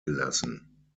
gelassen